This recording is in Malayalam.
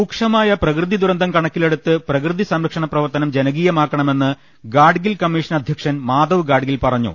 രൂക്ഷമായ പ്രകൃതി ദുരന്തം കണക്കിലെടുത്ത് പ്രകൃതി സംരക്ഷണ പ്രവർത്തനം ജനകീയമാക്കണമെന്ന് ഗാഡ്ഗിൽ കമ്മീഷൻ അധ്യക്ഷൻ മാധവ് ഗാഡ്ഗിൽ പറഞ്ഞു